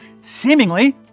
seemingly